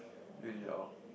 usually oh